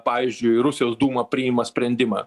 pavyzdžiui rusijos dūma priima sprendimą